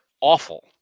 awful